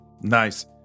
Nice